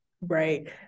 Right